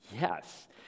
Yes